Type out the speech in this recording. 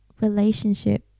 relationship